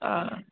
हा